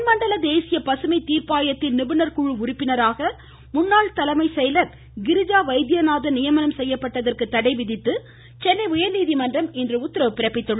தென் மண்டல தேசிய பசுமை தீர்ப்பாயத்தின் நிபுணர் குழு உறுப்பினராக தமிழகத்தின் முன்னாள் தலைமை செயலர் கிரிஜா வைத்தியநாதன் நியமனம் செய்யப்பட்டதற்கு தடை விதித்து சென்னை உயர்நீதிமன்றம் இன்று உத்தரவிட்டுள்ளது